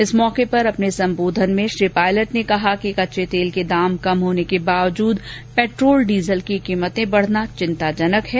इस मौके पर अपने ॅसम्बोघन में श्री पायलट ने कहा कि कच्चे तेल के दाम कम होने के बावजूद पेट्रोल डीजल की कीमतें बढना चिंताजनक है